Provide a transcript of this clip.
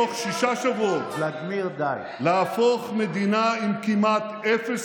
בתוך שישה שבועות להפוך מדינה עם כמעט אפס